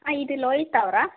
ಹಾಂ ಇದು ಲೋಹಿತ್ ಅವರಾ